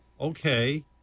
okay